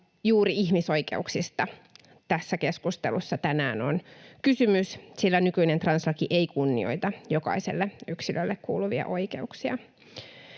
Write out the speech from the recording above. juuri ihmisoikeuksista tässä keskustelussa tänään on kysymys, sillä nykyinen translaki ei kunnioita jokaiselle yksilölle kuuluvia oikeuksia.